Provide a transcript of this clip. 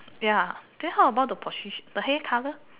ya then how about the positi~ the hair colour